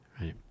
right